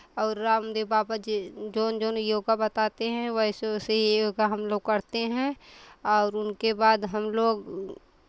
और रामदेव बाबा जे जौन जौन योगा बताते हैं वैसे वैसे योगा हम लोग करते हैं और उनके बाद हम लोग